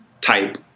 type